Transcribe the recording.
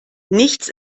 nichts